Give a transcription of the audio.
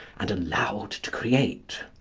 and allowed to create.